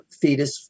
Fetus